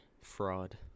Fraud